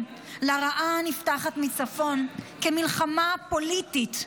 לרעה הנפתחת מצפון כמלחמה פוליטית,